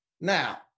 now